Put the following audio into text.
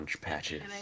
patches